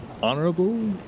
Honorable